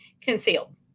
Concealed